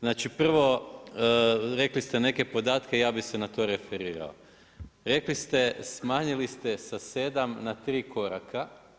Znači prvo, rekli ste neke podatke, ja bih se na to referirao, rekli ste smanjili ste sa 7 na 3 koraka.